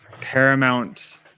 paramount